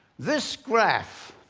this graph